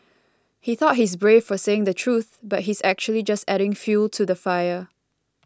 he thought he's brave for saying the truth but he's actually just adding fuel to the fire